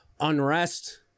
unrest